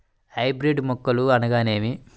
Hybrid మొక్కలు అనగానేమి?